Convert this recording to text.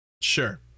Sure